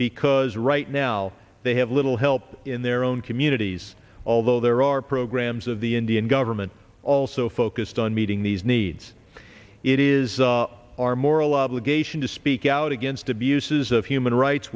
because right now they have little help in their own communities although there are programs of the indian government also focused on meeting these needs it is our moral obligation to speak out against abuse news of human rights